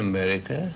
America